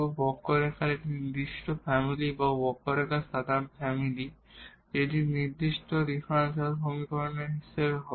কার্ভর একটি নির্দিষ্ট ফ্যামিলি বা কার্ভর সাধারণ ফ্যামিলি যেটি নির্দিষ্ট ডিফারেনশিয়াল সমীকরণের সমাধান হিসাবে হবে